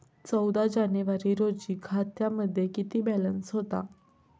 चौदा जानेवारी रोजी खात्यामध्ये किती बॅलन्स होता?